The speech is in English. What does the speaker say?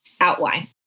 outline